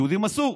ליהודים אסור,